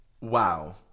wow